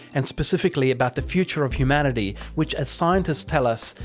and specifically about the future of humanity, which as scientists tell us,